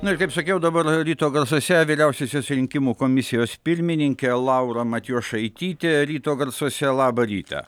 na ir kaip sakiau dabar ryto garsuose vyriausiosios rinkimų komisijos pirmininkė laura matijošaitytė ryto garsuose labą rytą